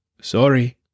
Sorry